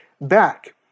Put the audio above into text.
back